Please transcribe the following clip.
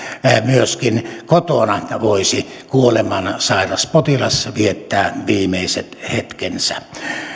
myöskin kotona voisi kuolemansairas potilas viettää viimeiset hetkensä